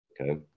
Okay